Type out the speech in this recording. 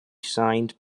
signed